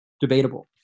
debatable